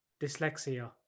dyslexia